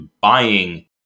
buying